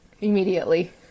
Immediately